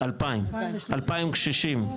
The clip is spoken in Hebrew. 2,000 קשישים.